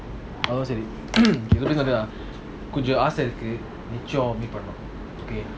அதான்சரிகொஞ்சம்ஆசையிருக்கு:adhan sari konjam aasairuku okay